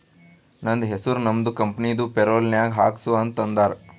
ನಂದ ಹೆಸುರ್ ನಮ್ದು ಕಂಪನಿದು ಪೇರೋಲ್ ನಾಗ್ ಹಾಕ್ಸು ಅಂತ್ ಅಂದಾರ